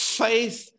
faith